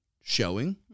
showing